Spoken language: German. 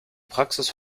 praxis